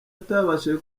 atabashije